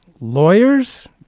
lawyers